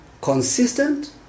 consistent